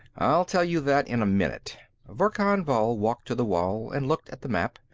i'll tell you that in a minute. verkan vall walked to the wall and looked at the map,